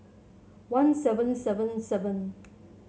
one seven seven seven